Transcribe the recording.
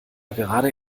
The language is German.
gerade